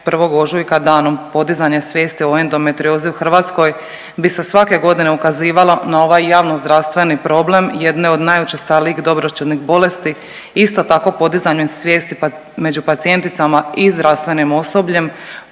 1. ožujka Danom podizanja svijesti o endometriozi u Hrvatskoj bi se svake godine ukazivalo na ovaj javnozdravstveni problem, jedne od najučestalijih dobroćudnih bolesti, isto tako podizanjem svijesti među pacijenticama i zdravstvenim osobljem